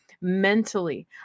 mentally